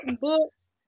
books